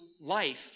life